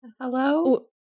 Hello